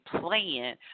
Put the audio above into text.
plan